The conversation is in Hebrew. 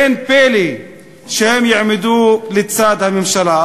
אין פלא שהם יעמדו לצד הממשלה.